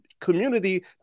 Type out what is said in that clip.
community